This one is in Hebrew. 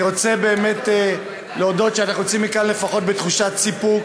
אני רוצה באמת להודות שאנחנו יוצאים מכאן לפחות בתחושת סיפוק.